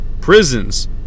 prisons